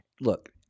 look